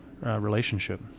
relationship